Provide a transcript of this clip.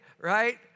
Right